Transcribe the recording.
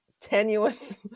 tenuous